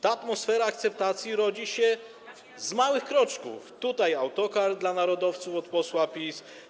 Ta atmosfera akceptacji rodzi się, bierze się z małych kroczków: tutaj autokar dla narodowców od posła PiS.